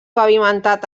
pavimentat